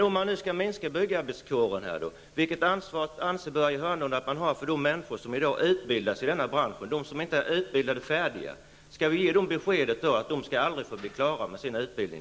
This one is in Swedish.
Om man nu skall minska byggnadsarbetarkåren -- vilket ansvar anser Börje Hörnlund att man har för de människor som i dag utbildas i den branschen? Skall vi ge dem beskedet att de aldrig kommer att få bli klara med sin utbildning?